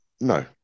No